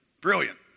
Brilliant